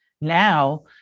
now